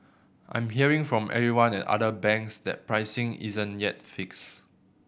I'm hearing from everyone at other banks that pricing isn't yet fixed